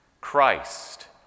Christ